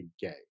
gay